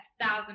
thousand